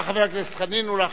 חבר הכנסת חנין, בבקשה.